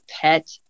pet